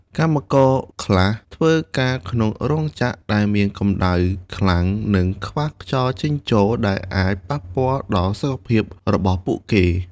កម្មករខ្លះធ្វើការក្នុងរោងចក្រដែលមានកំដៅខ្លាំង និងខ្វះខ្យល់ចេញចូល ដែលអាចប៉ះពាល់ដល់ សុខភាព របស់ពួកគេ។